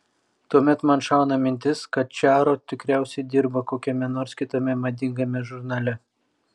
tuomet man šauna mintis kad čaro tikriausiai dirba kokiame nors kitame madingame žurnale